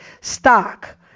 stock